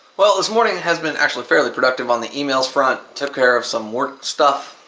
well, this morning has been actually fairly productive on the emails front, took care of some work stuff,